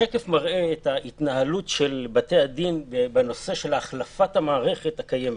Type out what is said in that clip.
השקף מראה את ההתנהלות של בתי-הדין בנושא של החלפת המערכת הקיימת.